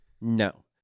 No